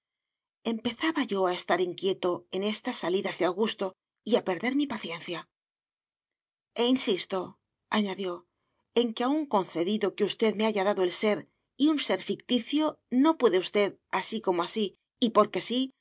empezaba yo a estar inquieto con estas salidas de augusto y a perder mi paciencia e insistoañadióen que aun concedido que usted me haya dado el ser y un ser ficticio no puede usted así como así y porque sí